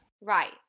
Right